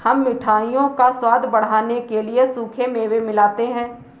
हम मिठाइयों का स्वाद बढ़ाने के लिए सूखे मेवे मिलाते हैं